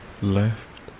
left